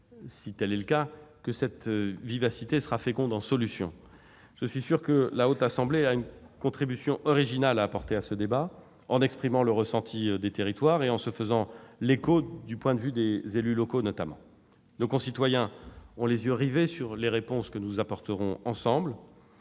Si tel est le cas, j'espère que cette vivacité sera féconde en solutions. Je suis sûr que la Haute Assemblée a une contribution originale à apporter à ce débat, notamment en exprimant le ressenti des territoires et en se faisant l'écho du point de vue des élus locaux. Nos concitoyens ont les yeux rivés sur les réponses que nous apporterons ensemble.